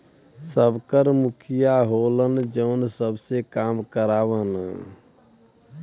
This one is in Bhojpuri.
सबकर मुखिया होलन जौन सबसे काम करावलन